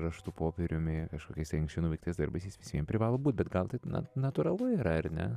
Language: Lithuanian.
raštu popieriumi kažkokiais tai anksčiau nuveiktais darbais jis vis vien privalo būt bet gal taip na natūralu yra ar ne